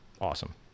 Awesome